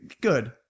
Good